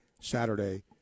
Saturday